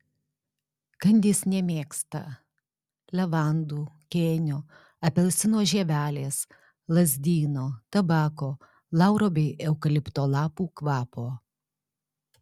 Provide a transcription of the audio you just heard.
kandys nemėgsta levandų kėnio apelsino žievelės lazdyno tabako lauro bei eukalipto lapų kvapo